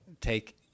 take